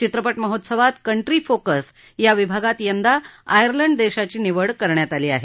चित्रपट महोत्सवात country focus या विभागात यंदा आयर्लंड देशाची निवड करण्यात आली आहे